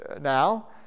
now